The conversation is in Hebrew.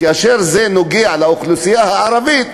כאשר זה נוגע לאוכלוסייה הערבית,